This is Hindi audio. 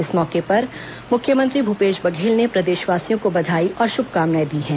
इस मौके पर मुख्यमंत्री भूपेश बघेल ने प्रदेशवासियों को बधाई और शुभकामनाए दी हैं